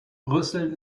brüssel